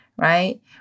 Right